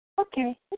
Okay